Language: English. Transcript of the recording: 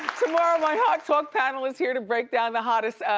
tomorrow my hot talk panel is here to break down the hottest,